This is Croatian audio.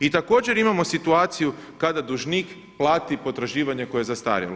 I također imamo situaciju kada dužnik plati potraživanje koje je zastarjelo.